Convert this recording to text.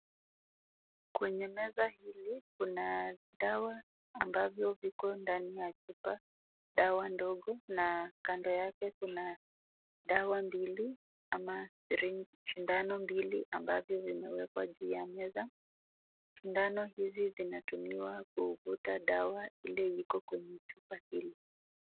Kwenye meza hili kuna dawa ambavyo viko ndani ya chupa, dawa ndogo na kando yake kuna dawa mbili ama sirinji, sindano mbili ambavyo vimewekwa juu ya meza .Sindano hizi zinatumiwa kuvuta dawa ile iko kwenye chupa hili.